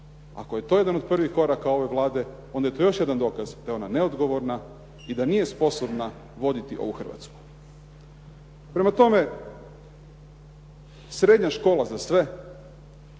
Ako je to jedan od prvih koraka ove Vlade onda je to jedan dokaz da je ona neodgovorna i da nije sposobna voditi ovu Hrvatsku. Prema tome, srednja škola za sve,